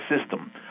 system